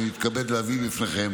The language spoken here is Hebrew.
אני מתכבד להביא בפניכם